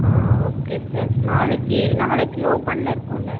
ஆ okay sir நாளைக்கு நாளைக்கு ஓப்பனில் இருக்கும்லே